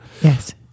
Yes